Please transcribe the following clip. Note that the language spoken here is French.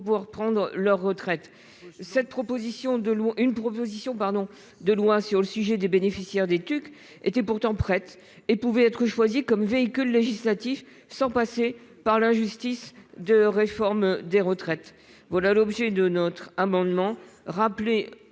de pouvoir prendre leur retraite. Une proposition de loi sur les droits des bénéficiaires des TUC était pourtant prête et aurait pu être choisie comme véhicule législatif sans passer par cette injuste réforme des retraites. Tel est l'objet de notre amendement